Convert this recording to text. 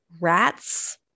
rats